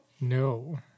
No